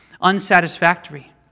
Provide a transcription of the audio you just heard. unsatisfactory